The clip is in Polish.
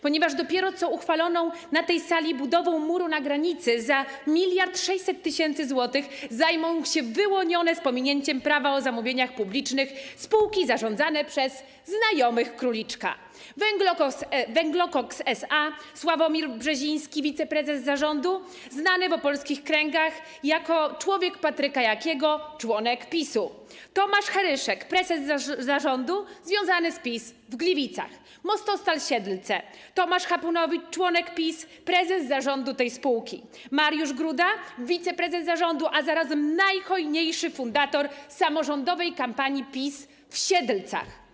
Ponieważ dopiero co uchwaloną na tej sali budową muru na granicy za 1600 mln zł zajmą się wyłonione z pominięciem prawa o zamówieniach publicznych spółki zarządzane przez znajomych króliczka: Węglokoks SA - Sławomir Brzeziński, wiceprezes zarządu, znany w opolskich kręgach jako człowiek Patryka Jakiego, członek PiS-u, Tomasz Heryszek, prezes zarządu, związany z PiS w Gliwicach, Mostostal Siedlce - Tomasz Hapunowicz, członek PiS, prezes zarządu tej spółki, Mariusz Gruda, wiceprezes zarządu, a zarazem najhojniejszy fundator samorządowej kampanii PiS w Siedlcach.